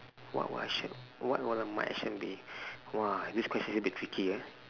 !wah! !wah! shit what what are my action be !wah! this question's a bit tricky ah